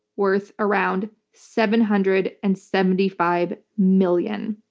worth around seven hundred and seventy five million